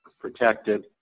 protected